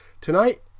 Tonight